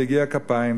ליגיע כפיים,